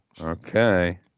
Okay